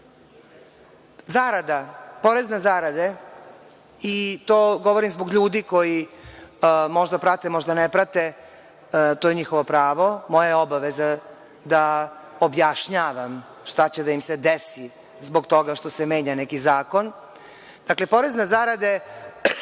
Zarada, porez na zarade, i to govorim zbog ljudi koji možda prate, možda ne prate, to je njihovo pravo, moja je obaveza da objašnjavam šta će da ima se desi zbog toga što se menja zakon, dakle, porez na zarade